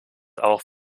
auch